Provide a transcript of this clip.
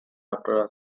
after